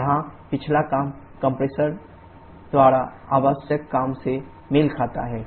यहां पिछला काम कंप्रेसर द्वारा आवश्यक काम से मेल खाता है